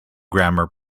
grammar